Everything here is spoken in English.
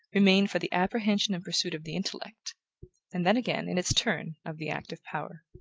remain for the apprehension and pursuit of the intellect and then again, in its turn, of the active power.